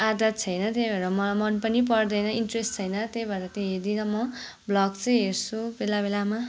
आदत छैन त्यही भएर मलाई मन पनि पर्दैन इन्ट्रेस्ट छैन त्यही भएर त्यो हेर्दिनँ म भ्लग चाहिँ हेर्छु यो बेला बेलामा